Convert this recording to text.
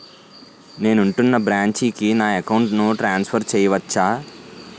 నేను ఉంటున్న బ్రాంచికి నా అకౌంట్ ను ట్రాన్సఫర్ చేయవచ్చా?